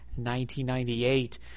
1998